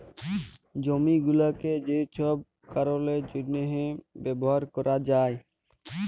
জমি গুলাকে যে ছব কারলের জ্যনহে ব্যাভার ক্যরা যায়